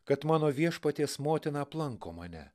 kad mano viešpaties motina aplanko mane